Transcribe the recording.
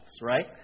right